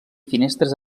finestres